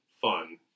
fun